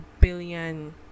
billion